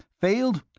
failed?